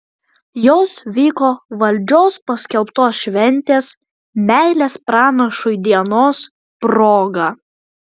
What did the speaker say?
jos vyko valdžios paskelbtos šventės meilės pranašui dienos proga